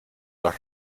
los